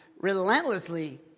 relentlessly